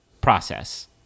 process